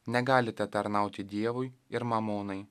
negalite tarnauti dievui ir mamonai